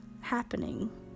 happening